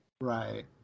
Right